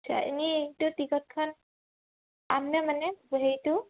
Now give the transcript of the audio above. আচ্ছা এনেই এইটো টিকটখন